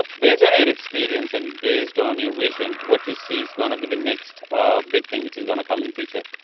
ah based on your experience and based on your vision. what you see is going to be the next ah big thing which is going to come in future.